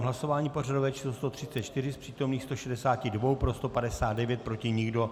V hlasování pořadové číslo 134 z přítomných 162 pro 159, proti nikdo.